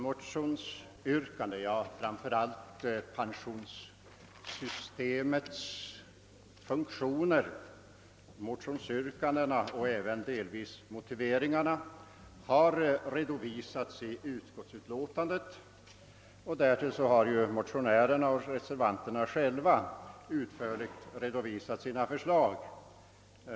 Motionsyrkandena, framför allt pensionssystemets funktion och delvis även motiveringarna, har redovisats i utskottets utlåtande, och därtill har motionärerna och reservanterna själva utförligt redovisat sina förslag.